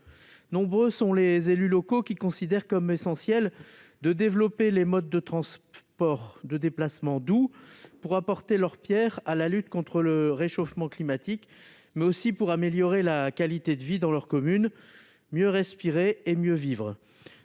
nombreux sont les élus locaux qui considèrent comme essentiel de développer les modes de transport de déplacement doux pour apporter leur pierre à la lutte contre le réchauffement climatique, mais aussi pour améliorer la qualité de vie dans leur commune, mieux respirer et mieux vivre.